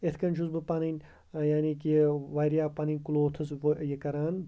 یِتھ کٔنۍ چھُس بہٕ پَنٕنۍ یعنی کہِ واریاہ پَنٕنۍ کٕلوتٕھس یہِ کَران